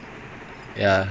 ya ya